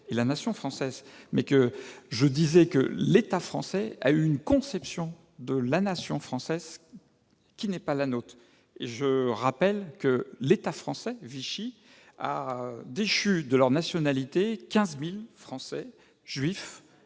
et la nation française, je disais simplement que l'État français a eu une conception de la nation française qui n'est pas la nôtre. Je rappelle que l'État français- Vichy -a déchu de leur nationalité 15 000 Français juifs